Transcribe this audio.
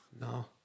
no